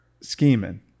scheming